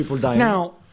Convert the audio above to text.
Now